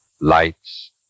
lights